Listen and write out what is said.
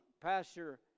Pastor